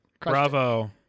Bravo